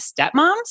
stepmoms